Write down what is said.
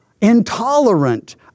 intolerant